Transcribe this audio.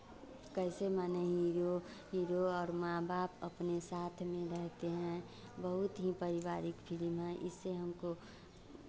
कैसे माने hero hero और माँ बाप अपने साथ में रहते हैं बहुत ही परिवारिक फिलिम है इससे हमको